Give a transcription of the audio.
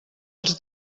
els